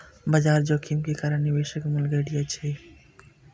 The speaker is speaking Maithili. बाजार जोखिम के कारण निवेशक मूल्य घटि जाइ छै